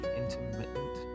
intermittent